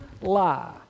lie